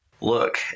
look